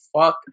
fuck